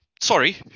sorry